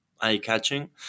eye-catching